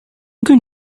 going